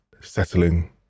settling